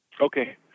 Okay